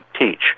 teach